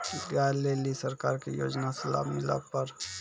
गाय ले ली सरकार के योजना से लाभ मिला पर?